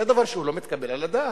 זה דבר שהוא לא מתקבל על הדעת.